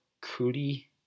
cootie